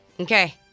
Okay